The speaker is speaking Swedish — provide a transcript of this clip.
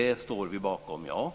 Vi står bakom det.